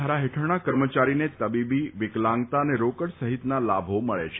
ધારા હેઠળના કર્મચારીને તબીબી વિકલાંગતા અને રોકડ સહિતના લાભો મળે છે